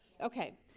Okay